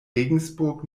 regensburg